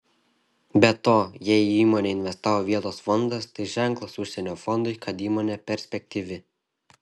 be to jei į įmonę investavo vietos fondas tai ženklas užsienio fondui kad įmonė perspektyvi